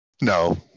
No